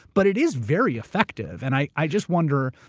but it is very effective. and i i just wonder,